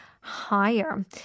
higher